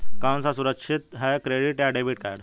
कौन सा सुरक्षित है क्रेडिट या डेबिट कार्ड?